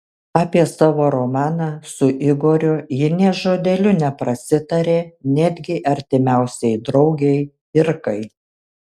apie savo romaną su igoriu ji nė žodeliu neprasitarė netgi artimiausiai draugei irkai